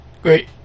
Great